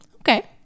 okay